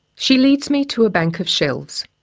she leads me to a bank of shelves.